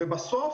בסוף,